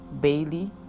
Bailey